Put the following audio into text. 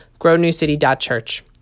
grownewcity.church